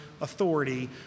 authority